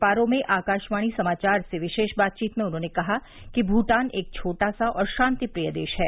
पारो में आकाशवाणी समाचार से विशेष बातचीत में उन्होंने कहा कि भूटान एक छोटा सा और शांतिप्रिय देश है